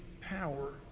power